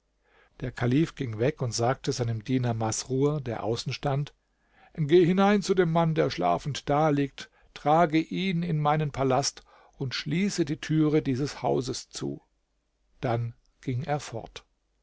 der kalif ging weg und sagte seinem diener masrur der außen stand geh hinein zu dem mann der schlafend daliegt trage ihn in meinen palast und schließe die türe dieses hauses zu dann ging er fort